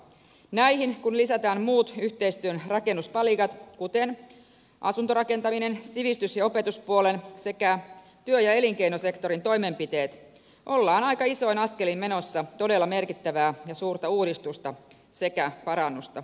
näihin kun lisätään muut yhteistyön rakennuspalikat kuten asuntorakentaminen sivistys ja opetuspuolen sekä työ ja elinkeinosektorin toimenpiteet ollaan aika isoin askelin menossa kohti todella merkittävää ja suurta uudistusta sekä parannusta